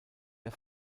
der